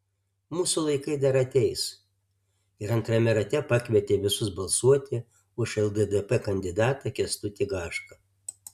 mūsų laikai dar ateis ir antrame rate pakvietė visus balsuoti už lddp kandidatą kęstutį gašką